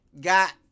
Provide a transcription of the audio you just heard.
got